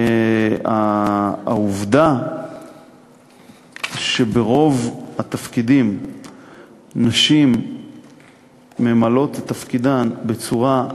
העובדה שברוב התפקידים נשים ממלאות את תפקידן בצורה,